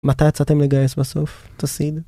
מתי יצאתם לגייס בסוף? תוסיד.